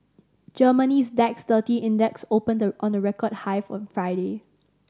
Germany's D A X thirty Index opened on a record high on Friday